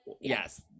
yes